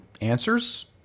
answers